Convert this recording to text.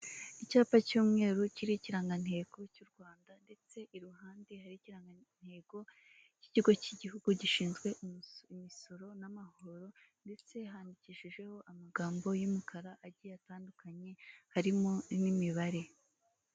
Icyapa cy'umweru kiri ikirangantego cy'u Rwanda ndetse iruhande hariho ikirangantego y'ikigo cy'igihugu gishinzwe imisoro n'amahoro ndetse handikishijeho amagambo y'umukara agiye atandukanye harimo n'imibare.